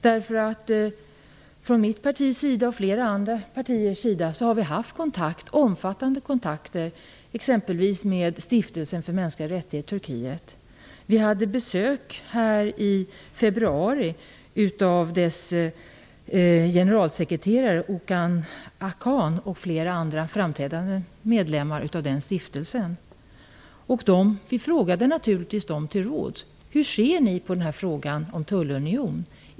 Vårt parti och flera andra partier har haft omfattande kontakter med t.ex. Stiftelsen för mänskliga rättigheter i Turkiet. I februari hade vi besök av dess generalsekreterare Okan Akhan och flera andra framträdande medlemmar i den stiftelsen. Vi frågade naturligtvis dem till råds. Vi frågade: Hur ser ni på frågan om en tullunion?